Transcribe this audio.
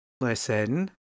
Listen